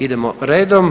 Idemo redom.